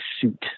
suit